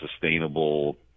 sustainable